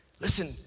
Listen